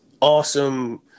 awesome